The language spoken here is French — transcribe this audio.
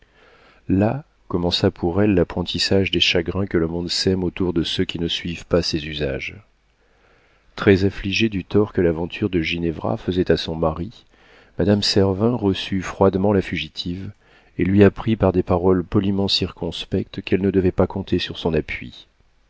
là commença pour elle l'apprentissage des chagrins que le monde sème autour de ceux qui ne suivent pas ses usages très affligée du tort que l'aventure de ginevra faisait à son mari madame servin reçut froidement la fugitive et lui apprit par des paroles poliment circonspectes qu'elle ne devait pas compter sur son appui